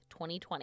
2020